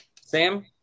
Sam